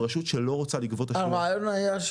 רשות שלא רוצה לגבות תשלום --- אני רוצה להעיר,